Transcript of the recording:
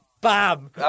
bam